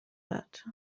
داد